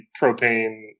propane